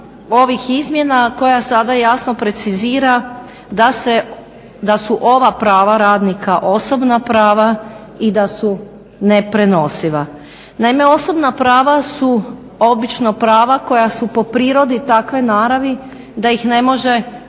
koja sada jasno precizira da se, da su ova prava radnika osobna prava i da su neprenosiva. Naime, osobna prava su obično prava koja su po prirodi takve naravi da ih ne može koristiti